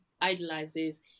idolizes